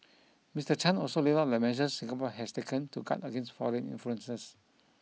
Mister Chan also laid out the measures Singapore has taken to guard against foreign influences